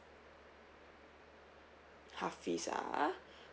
hafiz ah